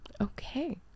Okay